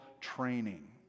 training